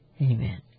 Amen